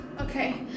Okay